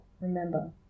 remember